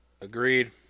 agreed